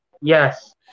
Yes